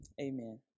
amen